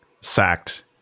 sacked